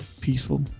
peaceful